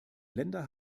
länder